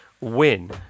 win